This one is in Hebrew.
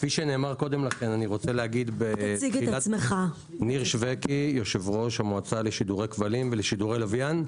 אני יושב-ראש המועצה לשידורי כבלים ולשידורי לוויין.